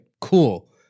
cool